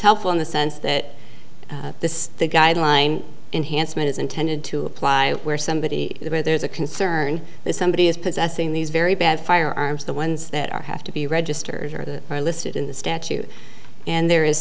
helpful in the sense that this guideline enhancement is intended to apply where somebody where there is a concern that somebody is possessing these very bad firearms the ones that are have to be registers or that are listed in the statute and there is